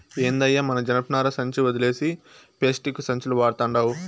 ఏందయ్యో మన జనపనార సంచి ఒదిలేసి పేస్టిక్కు సంచులు వడతండావ్